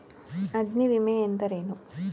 ಅಗ್ನಿವಿಮೆ ಎಂದರೇನು?